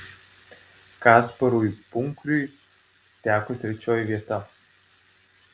kasparui punkriui teko trečioji vieta